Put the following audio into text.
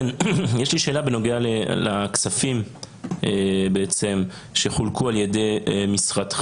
יש לי שאלה בנוגע לכספים שחולקו על ידי משרדך.